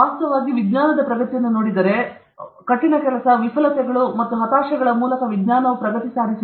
ವಾಸ್ತವವಾಗಿ ನೀವು ವಿಜ್ಞಾನದ ಪ್ರಗತಿಯನ್ನು ನೋಡಿದರೆ ಹಾರ್ಡ್ ಕೆಲಸ ವಿಫಲತೆಗಳು ಮತ್ತು ಹತಾಶೆಗಳ ಮೂಲಕ ವಿಜ್ಞಾನವು ಪ್ರಗತಿ ಸಾಧಿಸಿದೆ